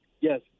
Yes